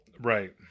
Right